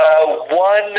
One